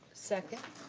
second.